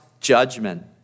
judgment